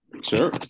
Sure